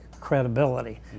credibility